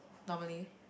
normally